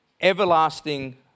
Everlasting